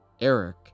eric